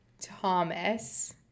Thomas